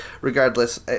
regardless